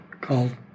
called